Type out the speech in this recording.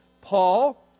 Paul